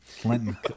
Clinton